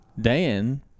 Dan